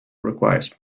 requires